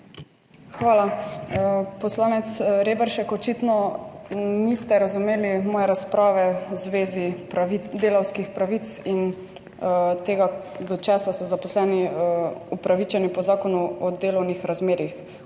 Poslanec Reberšek, očitno niste razumeli moje razprave v zvezi delavskih pravic in tega do česa so zaposleni upravičeni po Zakonu o delovnih razmerjih.